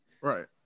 Right